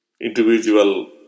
individual